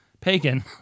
pagan